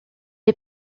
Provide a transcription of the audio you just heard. est